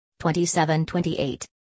27-28